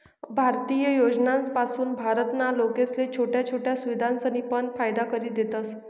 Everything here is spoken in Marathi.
भारतीय योजनासपासून भारत ना लोकेसले छोट्या छोट्या सुविधासनी पण फायदा करि देतस